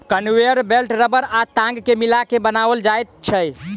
conveyor belt रबड़ आ ताग के मिला के बनाओल जाइत छै